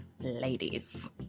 ladies